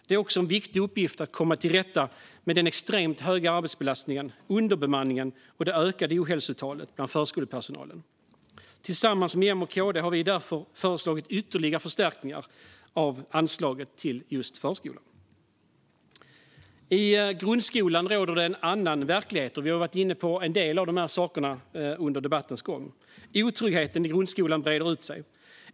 Det är också en viktig uppgift att komma till rätta med den extremt höga arbetsbelastningen, underbemanningen och de ökande ohälsotalen bland förskolepersonalen. Tillsammans med M och KD har vi därför föreslagit ytterligare förstärkningar av anslaget till just förskolan. I grundskolan råder en annan verklighet. Vi har varit inne på delar av det under debattens gång. Otryggheten i grundskolan breder ut sig.